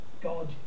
God